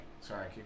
Sorry